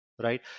right